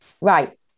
Right